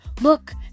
Look